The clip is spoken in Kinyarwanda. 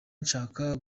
nshaka